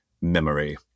Memory